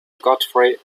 godfrey